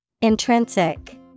Intrinsic